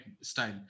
style